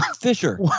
Fisher